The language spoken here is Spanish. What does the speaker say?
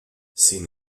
sin